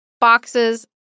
boxes